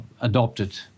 adopted